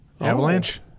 Avalanche